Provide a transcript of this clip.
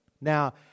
Now